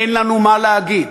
אין לנו מה להגיד.